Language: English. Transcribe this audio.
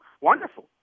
wonderful